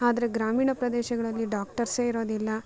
ಆದರೆ ಗ್ರಾಮೀಣ ಪ್ರದೇಶಗಳಲ್ಲಿ ಡಾಕ್ಟರ್ಸೇ ಇರೋದಿಲ್ಲ